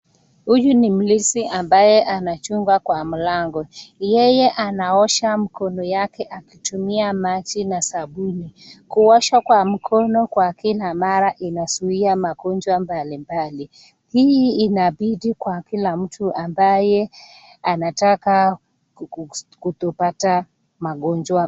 Huyu ni mlinzi ambaye anachungwa kwa mlango yeye anaosha mkono yake akitumia maji na sabuni, kuosha kwa mkono kwa kila mara inazuia magonjwa mbalimbali, hii inabidi kwa Kila mtu ambaye anataka kutopata magonjwa.